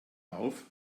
auf